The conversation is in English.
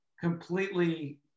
completely